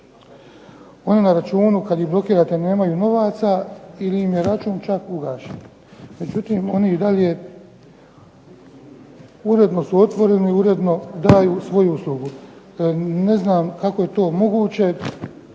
Oni na računu kada ih blokirate nemaju novaca ili im je račun čak ugašen. Međutim oni i dalje uredno su otvoreni uredno daju svoju uslugu. Ne znam kako je to moguće,